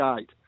eight